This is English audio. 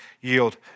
yield